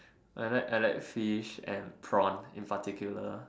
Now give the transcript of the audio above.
I like I like fish and prawns in particular